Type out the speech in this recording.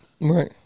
Right